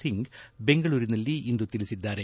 ಸಿಂಗ್ ಬೆಂಗಳೂರಿನಲ್ಲಿಂದು ತಿಳಿಸಿದ್ದಾರೆ